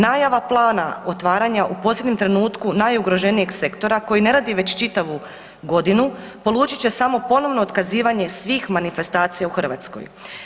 Najava plana otvaranja u posljednjem trenutku najugroženijeg sektora koji ne radi već čitavu godinu polučit će samo ponovno otkazivanje svih manifestacija u Hrvatskoj.